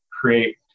create